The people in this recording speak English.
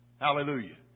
Hallelujah